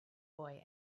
boy